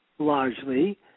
largely